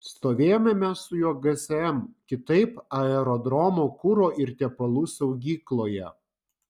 stovėjome mes su juo gsm kitaip aerodromo kuro ir tepalų saugykloje